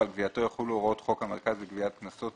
ועל גבייתו יחולו הוראות חוק המרכז לגביית קנסות,